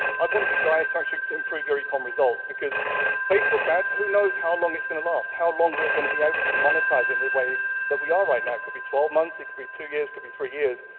i want you guys to actually improve your ecom results because facebook ads, who knows how long it's going to last, how long we were going to be able to monetise it in the way that we are right now. it could be twelve months, it could be two years, could be three years,